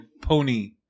pony